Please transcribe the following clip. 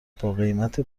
باقیمت